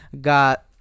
got